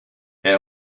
elle